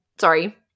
sorry